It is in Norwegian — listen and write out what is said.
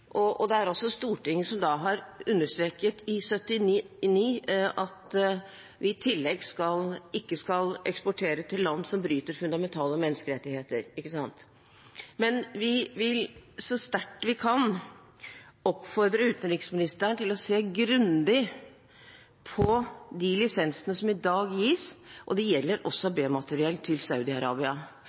Det var også Stortinget som i 1979 understreket at vi i tillegg ikke skal eksportere til land som bryter fundamentale menneskerettigheter. Vi vil så sterkt vi kan oppfordre utenriksministeren til å se grundig på de lisensene som gis i dag. Det gjelder også B-materiell til